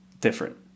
different